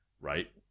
right